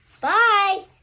Bye